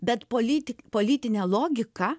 bet politi politinė logika